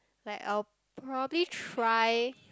like I will probably try